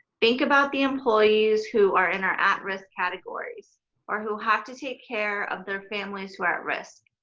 think about the employees who are in our at-risk categories or who have to take care of their families who are at risk.